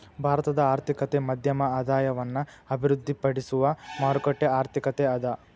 ಭಾರತದ ಆರ್ಥಿಕತೆ ಮಧ್ಯಮ ಆದಾಯವನ್ನ ಅಭಿವೃದ್ಧಿಪಡಿಸುವ ಮಾರುಕಟ್ಟೆ ಆರ್ಥಿಕತೆ ಅದ